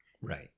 Right